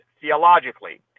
theologically